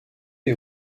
est